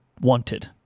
wanted